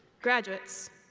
graduates,